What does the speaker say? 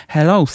Hello